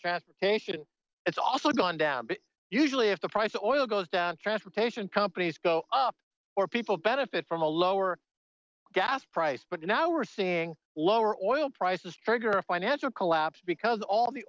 transportation it's also gone down but usually if the price of oil goes down transportation companies go up or people benefit from a lower gas price but now we're seeing lower oil prices trigger a financial collapse because all the